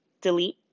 delete